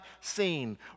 seen